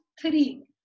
three